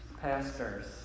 Pastors